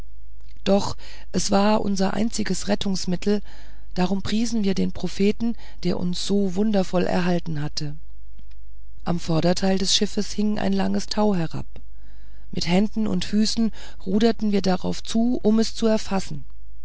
doch es war unser einziges rettungsmittel darum priesen wir den propheten der uns so wundervoll erhalten hatte am vorderteil des schiffes hing ein langes tau herab mit händen und füßen ruderten wir darauf zu um es zu erfassen